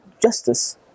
justice